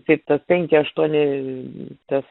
kaip tas penki aštuoni tas